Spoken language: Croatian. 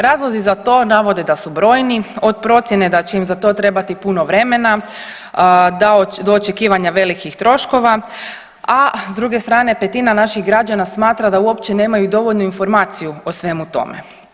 Razlozi za to navode da su brojni od procijene da će im za to trebati puno vremena do očekivanja velikih troškova, a s druge strane petina naših građana smatra da uopće nemaju dovoljnu informaciju o svemu tome.